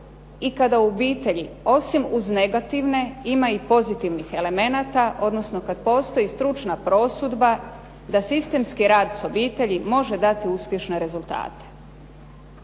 i kada u obitelji osim uz negativne ima i pozitivnih elemenata, odnosno kad postoji stručna prosudba da sistemski rad s obitelji može dati uspješne rezultate.